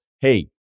Hey